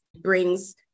brings